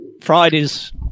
Fridays